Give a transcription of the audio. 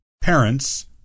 parents